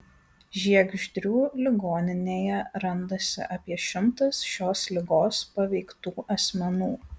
žiegždrių ligoninėje randasi apie šimtas šios ligos paveiktų asmenų